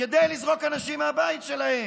כדי לזרוק אנשים מהבית שלהם,